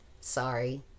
sorry